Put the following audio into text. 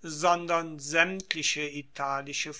sondern saemtliche italische